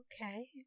Okay